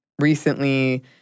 recently